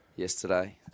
Yesterday